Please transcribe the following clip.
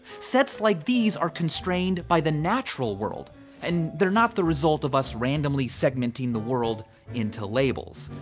sets like these are constrained by the natural world and they're not the result of us randomly segmenting the world into labels.